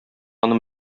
аны